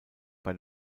bei